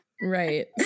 Right